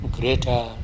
greater